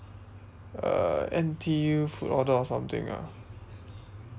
uh N_T_U food order or something ah